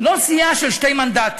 לא סיעה של שני מנדטים,